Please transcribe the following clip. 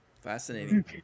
Fascinating